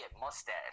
mustache